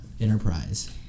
Enterprise